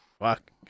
Fuck